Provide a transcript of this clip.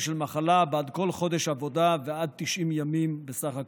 של מחלה בעד כל חודש עבודה ועד 90 ימים בסך הכול.